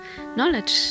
knowledge